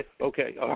Okay